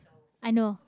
i know